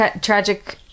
Tragic